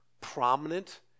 prominent